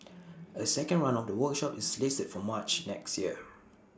A second run of the workshop is slated for March next year